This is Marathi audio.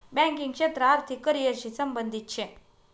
बँकिंग क्षेत्र आर्थिक करिअर शी संबंधित शे